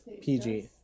PG